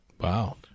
Wow